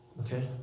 Okay